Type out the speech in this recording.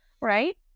right